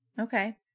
Okay